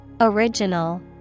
Original